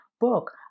book